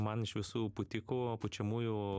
man iš visų pūtikų pučiamųjų